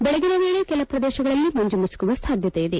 ಬೆಳಗಿನ ವೇಳೆ ಕೆಲ ಪ್ರದೇಶಗಳಲ್ಲಿ ಮುಂಜು ಮುಸುಕುವ ಸಾಧ್ಯತೆ ಇದೆ